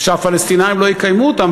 שהפלסטינים לא יקיימו אותן.